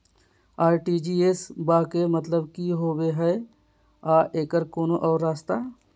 RTGS बा के मतलब कि होबे हय आ एकर कोनो और रस्ता?